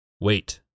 Wait